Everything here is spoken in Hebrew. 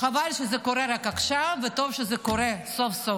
חבל שזה קורה רק עכשיו, וטוב שזה קורה סוף-סוף.